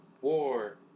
War